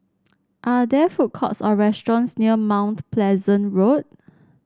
are there food courts or restaurants near Mount Pleasant Road